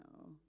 no